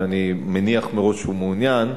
ואני מניח מראש שהוא מעוניין,